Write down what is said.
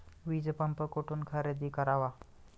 वीजपंप कुठून खरेदी करावा?